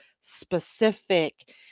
specific